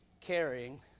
carrying